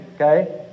Okay